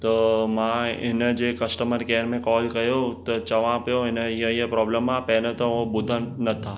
त मां हिन जे कस्टमर केअर में कॉल कयो त चवां पियो हिन हीअं हीअं प्रॉब्लम आहे पहिरियों त उहे ॿुधनि नथां